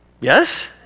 Yes